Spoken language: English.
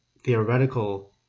theoretical